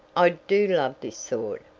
i do love this sword.